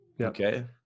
Okay